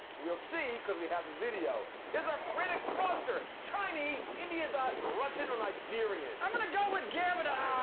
we'll see, because we have the video. is our frantic froster chinese, indian dot, russian or nigerian? i'm gonna go with gavin on